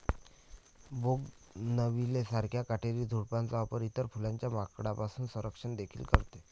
bougainvillea सारख्या काटेरी झुडपांचा वापर इतर फुलांचे माकडांपासून संरक्षण देखील करते